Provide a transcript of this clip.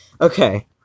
Okay